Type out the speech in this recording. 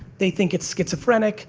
they think it's schizophrenic,